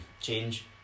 change